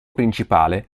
principale